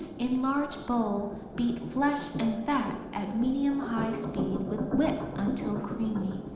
in large bowl, beat flesh and fat at medium high speed with whip until creamy.